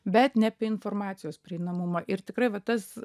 bet ne apie informacijos prieinamumą ir tikrai va tas